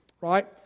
Right